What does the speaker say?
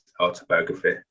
autobiography